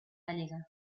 gallega